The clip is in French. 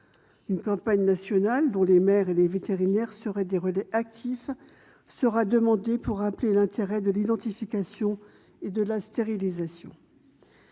Une campagne nationale, dont les maires et les vétérinaires seraient les relais actifs, sera lancée pour rappeler l'intérêt de l'identification et de la stérilisation.